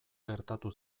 gertatu